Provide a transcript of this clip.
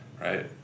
Right